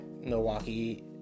Milwaukee